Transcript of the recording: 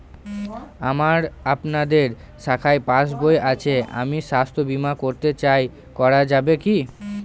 আমার আপনাদের শাখায় পাসবই আছে আমি স্বাস্থ্য বিমা করতে চাই করা যাবে কি?